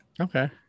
Okay